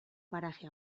paraje